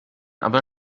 aber